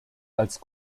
als